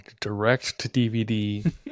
direct-to-DVD